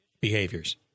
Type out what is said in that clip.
behaviors